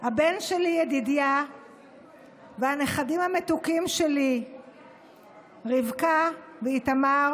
הבן שלי ידידיה והנכדים המתוקים שלי רבקה ואיתמר